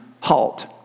halt